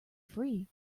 free